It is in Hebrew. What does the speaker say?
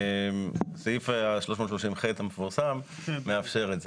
סעיף 330ח המפורסם מאפשר את זה.